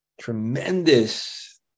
tremendous